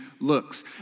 looks